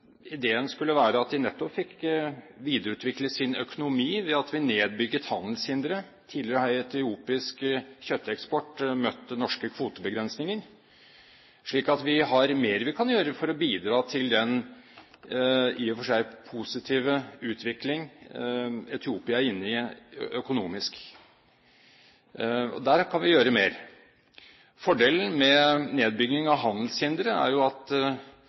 ideen skulle være at de nettopp fikk videreutviklet sin økonomi ved at vi nedbygde handelshindrene – tidligere har etiopisk kjøtteksport møtt norske kvotebegrensninger. Så vi har mer vi kan gjøre for å bidra til den i og for seg positive utvikling Etiopia er inne i økonomisk. Der kan vi gjøre mer. Fordelen med nedbygging av handelshindre, som et alternativ til å understøtte stater i en stat-til-stat-hjelp, er jo at